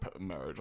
marriage